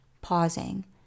pausing